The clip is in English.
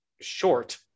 short